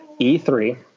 E3